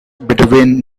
between